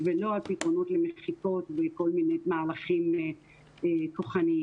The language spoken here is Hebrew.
ולא על פתרונות של כל מיני מהלכים כוחניים.